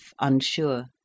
unsure